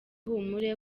ihumure